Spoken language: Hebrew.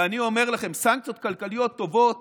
ואני אומר לכם, סנקציות כלכליות טובות